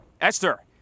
Esther